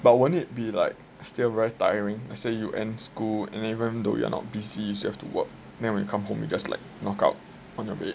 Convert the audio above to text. but won't it be like still very tiring let's say you end school and even though you're not busy you still have to work then when you come home you just like knockout on your bed